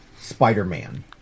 Spider-Man